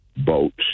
boats